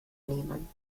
nehmen